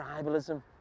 tribalism